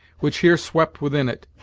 which here swept within it,